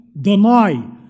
deny